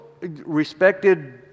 respected